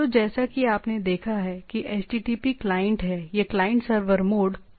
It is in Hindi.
तो जैसा कि आपने देखा है कि HTTP क्लाइंट हैं यह क्लाइंट सर्वर मोड पर काम करता है